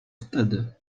wtedy